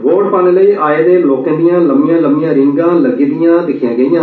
vote पाने लेई आए दे लोकें दियां लम्मियां लम्मियां रींगा लग्गी दियां दिक्खियां गेइयां